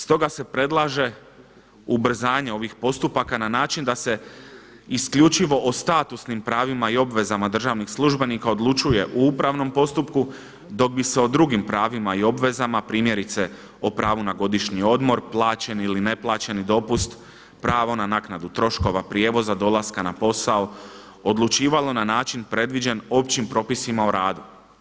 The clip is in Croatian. Stoga se predlaže ubrzanje ovih postupaka na način da se isključivo o statusnim pravima i obvezama državnih službenika odlučuje u upravnom postupku, dok bi se o drugim pravima i obvezama, primjerice o pravu na godišnji odmor, plaćeni ili neplaćeni dopust, pravo na naknadu troškova prijevoza dolaska na posao odlučivalo na način predviđen općim propisima o radu.